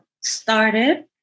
started